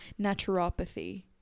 naturopathy